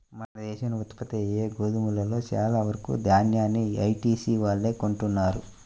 మన దేశంలో ఉత్పత్తయ్యే గోధుమలో చాలా వరకు దాన్యాన్ని ఐటీసీ వాళ్ళే కొంటన్నారు